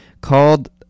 called